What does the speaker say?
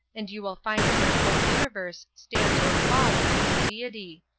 and you will find that their whole universe stands or falls with the deity.